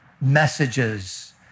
messages